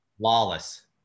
lawless